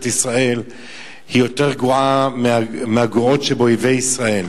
ישראל היא יותר גרועה משל הגרועים שבאויבי ישראל.